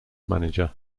manager